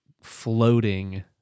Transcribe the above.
floating